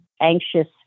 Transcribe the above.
anxious